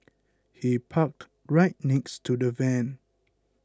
he parked right next to the van